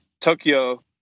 Tokyo